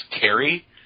carry